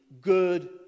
good